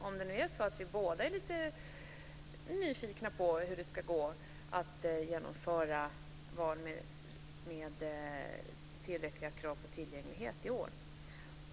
Vi är ju båda lite nyfikna på om det ska gå att genomföra valet med tillräcklig tillgänglighet i år.